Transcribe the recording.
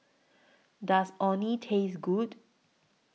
Does Orh Nee Taste Good